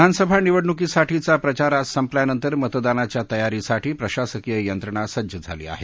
विधानसभा निवडणुकीसाठीचा प्रचार आज संपल्यानंतर मतदानाच्या तयारीसाठी प्रशासकीय यंत्रणा सज्ज झाली आहे